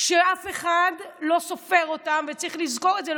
שאף אחד לא סופר אותם, וצריך לזכור את זה.